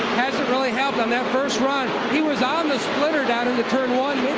hasn't really helped them. that first run he was on the splitter down and turn one.